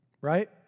Right